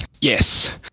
Yes